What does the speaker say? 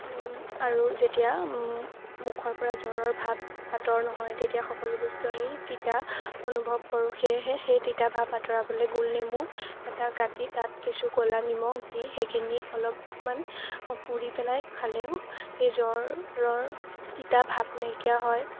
আৰু যেতিয়া মুখৰ পৰা জ্বৰৰ ভাপ আঁতৰ নহয় তেতিয়া সকলো বস্তু আমি তিতা অনুভৱ কৰোঁ সেয়েহে সেই তিতা ভাপ আঁতৰাবলৈ গোলনেেমু এটা কাটি তাত কিছু ক'লা নিমখ দি সেইখিনি অলপমান পুৰি পেলাই খালেও সেই জ্বৰৰ তিতা ভাপ নাইকিয়া হয়